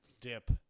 dip